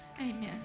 Amen